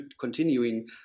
continuing